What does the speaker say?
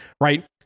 right